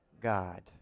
God